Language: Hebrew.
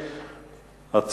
הוא חשוב גם בימים רגועים יותר.